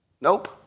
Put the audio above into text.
Nope